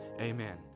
amen